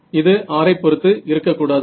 இது r ஐ பொறுத்து இருக்கக் கூடாதா